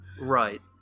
Right